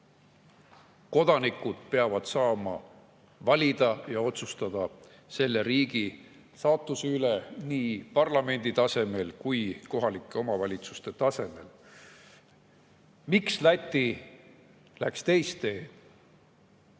Kodanikud peavad saama valida ja otsustada selle riigi saatuse üle nii parlamendi tasemel kui ka kohalike omavalitsuste tasemel. Miks Läti läks teist